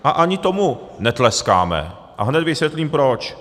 A ani tomu netleskáme a hned vysvětlím proč.